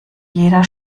jeder